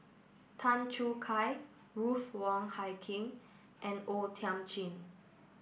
Tan Choo Kai Ruth Wong Hie King and O Thiam Chin